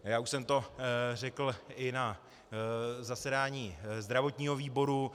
Už jsem to řekl i na zasedání zdravotního výboru.